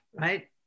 right